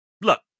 Look